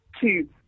two